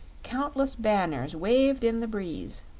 countless banners waved in the breeze.